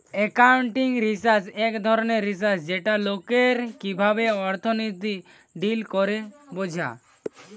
accounting research এক ধরণের research যেটাতে লোকরা কিভাবে অর্থনীতিতে ডিল করে বোঝা